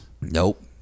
Nope